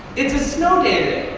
it's a snow day